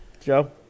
Joe